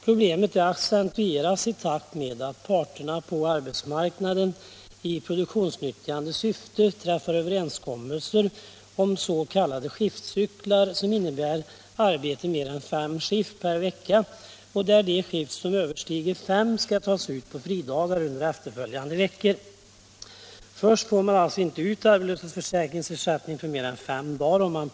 Problemet accentueras i takt med att parterna på arbetsmarknaden i produktionsnyttjande syfte träffar överenskommelser om skiftcykler som innebär arbete mer än fem skift per vecka, varvid de skift som överstiger antalet fem kompenseras genom fridagar under efterföljande veckor. Man får alltså, om man blivit permitterad, inte ut ersättning från arbetslöshetsförsäkringen för mer än fem dagar per vecka.